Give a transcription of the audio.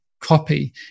copy